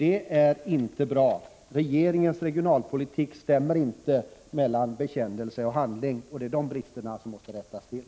Det stämmer inte i regeringens regionalpolitik mellan bekännelse och handling, och det är de bristerna som måste rättas till.